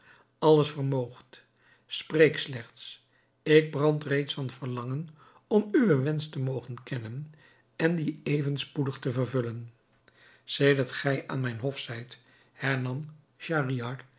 alles vermoogt spreek slechts ik brand reeds van verlangen om uwen wensch te mogen kennen en dien even spoedig te vervullen sedert gij aan mijn hof zijt